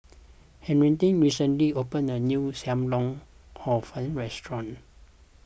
Henriette recently opened a new Sam Lau Hor Fun restaurant